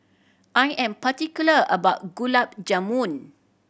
I am particular about Gulab Jamun